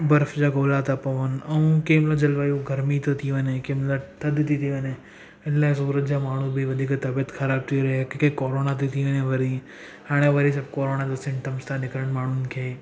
बर्फ़ जा गोला था पवनि ऐं केमहिल जलवायु गर्मी थी थी वञे केमल थधि थी थी वञे इन लाइ सूरत जा माण्हू बि वधीक तबीअत खराब ती रहे के के कोराना ती थी वरी हाणे सभु वरी कोरोना जो सिमटम्स था निकिरनि माण्हुनि खे